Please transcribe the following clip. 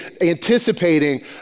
anticipating